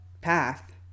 path